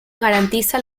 garantiza